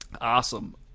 awesome